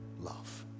love